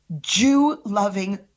Jew-loving